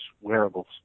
wearables